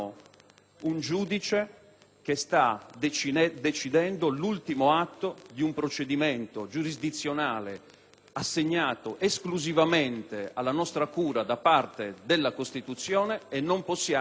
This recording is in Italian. i giudici chiamati a decidere l'ultimo atto di un procedimento giurisdizionale assegnato esclusivamente alla nostra cura da parte della Costituzione; pertanto non possiamo